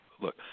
Look